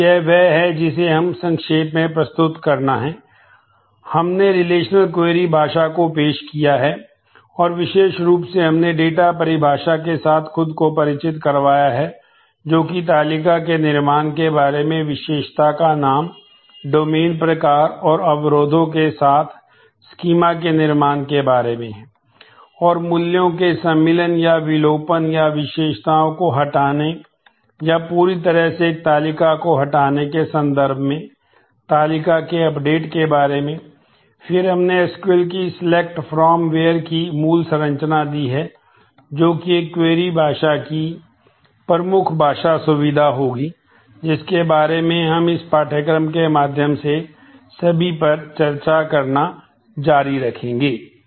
तो यह वह है जिसे हमें संक्षेप में प्रस्तुत करना है हमने रिलेशनल भाषा की प्रमुख भाषा सुविधा होगीजिसके बारे में हम इस पाठ्यक्रम के माध्यम से सभी पर चर्चा करना जारी रखेंगे